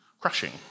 crushing